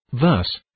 Thus